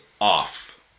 off